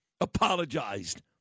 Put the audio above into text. Apologized